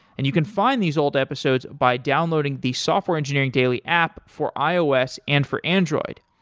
and you can find these old episodes by downloading the software engineering daily app for ios and for android.